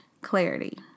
Clarity